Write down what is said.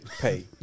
pay